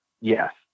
Yes